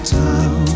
town